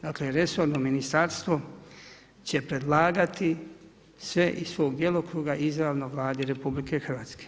Dakle, resorno ministarstvo će predlagati sve iz svog djelokruga, izravno Vladi RH.